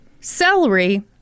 celery